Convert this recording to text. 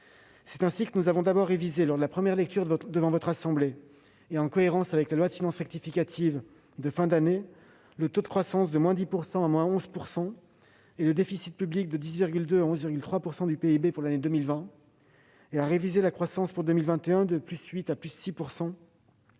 C'est ainsi que nous avons d'abord révisé, lors de la première lecture devant votre assemblée et en cohérence avec la loi de finances rectificative de fin d'année, le taux de croissance de-10 % à-11 %, le déficit public de 10,2 % à 11,3 % du PIB pour l'année 2020 et la croissance pour 2021 de +8 % à +6 %.